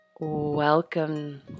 Welcome